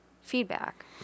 feedback